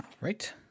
Right